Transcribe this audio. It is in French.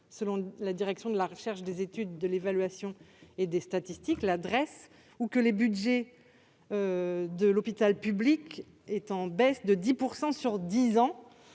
selon la direction de la recherche, des études, de l'évaluation et des statistiques, la Drees. En outre, les budgets de l'hôpital public sont en baisse de 10 % sur dix ans.